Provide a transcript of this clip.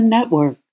Network